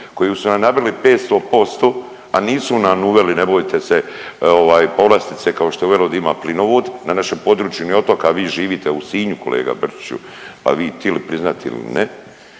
koju su nam nabili 500%, a nisu nam uveli ne bojte se ovaj povlastice kao što je uvelo da ima plinovod na našem područjima Otoka, a vi živite u Sinju kolega Brčiću, a vi tili priznat ili ne,